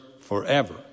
forever